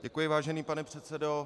Děkuji, vážený pane předsedo.